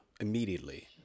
immediately